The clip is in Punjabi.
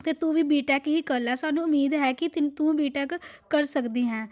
ਅਤੇ ਤੂੰ ਵੀ ਬੀਟੈਕ ਹੀ ਕਰ ਲੈ ਸਾਨੂੰ ਉਮੀਦ ਹੈ ਕਿ ਤੀ ਤੂੰ ਬੀਟੈਕ ਕਰ ਸਕਦੀ ਹੈ